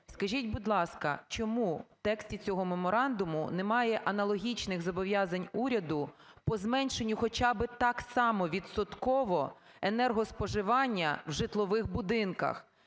Скажіть, будь ласка, чому в тексті цього меморандуму немає аналогічних зобов'язань уряду по зменшенню хоча би так само відсотково енергоспоживання в житлових будинках,